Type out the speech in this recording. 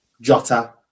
Jota